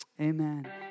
amen